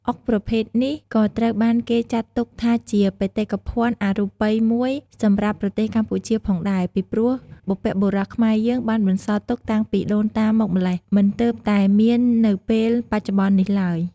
អុកប្រភេទនេះ ក៏ត្រូវបានគេចាត់ទុកថាជាបេតិកភណ្ឌអរូបីមួយសម្រាប់ប្រទេសកម្ពុជាផងដែរ ពីព្រោះបុព្វបុរសខ្មែរយើងបានបន្សល់ទុកតាំងពីដូនតាមកម្លេះ មិនទើបតែមាននៅពែលបច្ចុប្បន្ននេះឡើយ។